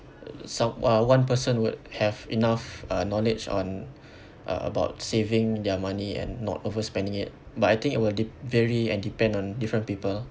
some uh one person would have enough uh knowledge on uh about saving their money and not overspending it but I think it will de~ vary and depend on different people